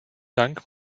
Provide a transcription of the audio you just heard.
dank